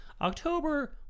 October